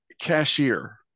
cashier